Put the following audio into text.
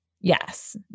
yes